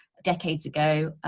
decades ago,